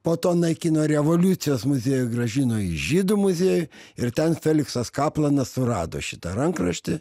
po to naikino revoliucijos muziejų grąžino į žydų muziejų ir ten feliksas kaplanas surado šitą rankraštį